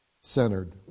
centered